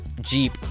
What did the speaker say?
Jeep